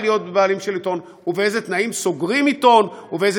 להיות בעלים של עיתון ובאיזה תנאים סוגרים עיתון ובאיזה